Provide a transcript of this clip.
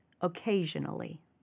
occasionally